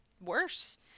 worse